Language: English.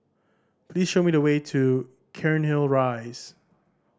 please show me the way to Cairnhill Rise